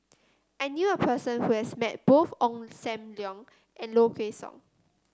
i knew a person who has met both Ong Sam Leong and Low Kway Song